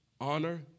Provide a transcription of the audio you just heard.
honor